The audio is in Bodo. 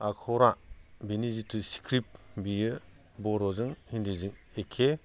आखरा बिनि जिथु स्क्रिप्ट बेयो बर'जों हिन्दिजों एखे